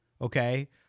okay